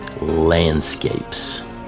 landscapes